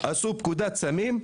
עשו פקודת סמים,